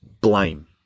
blame